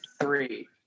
three